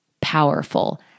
powerful